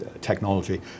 technology